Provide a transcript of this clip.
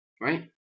right